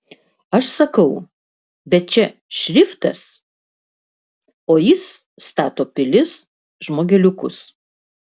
aš sakau bet čia šriftas o jis stato pilis žmogeliukus